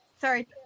Sorry